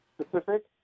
specific